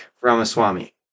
Ramaswamy